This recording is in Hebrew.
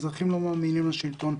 האזרחים לא מאמינים לשלטון.